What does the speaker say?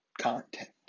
content